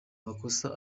makosa